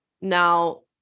now